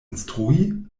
instrui